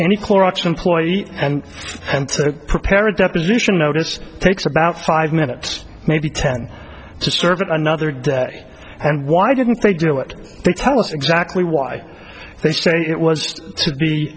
any clorox employee and and to prepare a deposition notice takes about five minutes maybe ten to serve another day and why didn't they do it tell us exactly why they say it was to